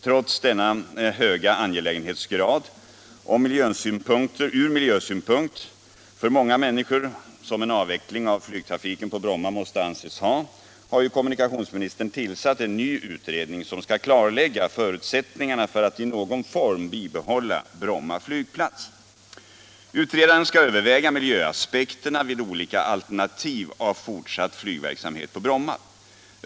Trots den höga angelägenhetsgrad ur miljösynpunkt för många människor som en avveckling av flygtrafiken på Bromma måste anses ha har ju kommunikationsministern tillsatt en ny utredning som skall klarlägga förutsättningarna för att i någon form bibehålla Bromma flygplats. Utredaren skall överväga miljöaspekterna vid olika alternativ av fortsatt flygverksamhet på Bromma.